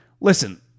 listen